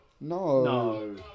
No